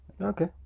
Okay